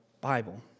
Bible